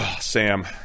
Sam